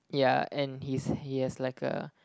yeah and he's he has like a